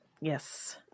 Yes